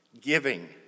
giving